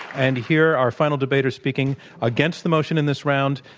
and here, our final debater speaking against the motion in this round,